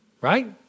Right